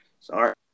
Sorry